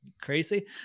crazy